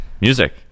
music